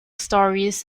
stories